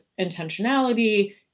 intentionality